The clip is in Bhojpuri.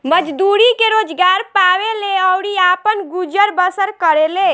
मजदूरी के रोजगार पावेले अउरी आपन गुजर बसर करेले